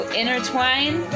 intertwine